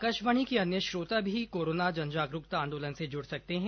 आकाशवाणी के अन्य श्रोता भी कोरोना जनजागरुकता आंदोलन से जुड सकते हैं